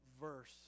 verse